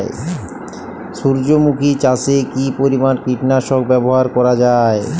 সূর্যমুখি চাষে কি পরিমান কীটনাশক ব্যবহার করা যায়?